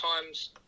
time's